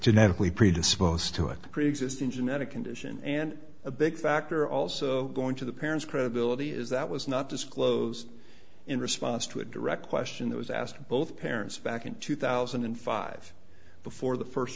genetically predisposed to a preexisting genetic condition and a big factor also going to the parents credibility is that was not disclosed in response to a direct question that was asked both parents back in two thousand and five before the first